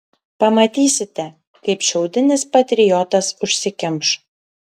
pamatysite kaip šiaudinis patriotas užsikimš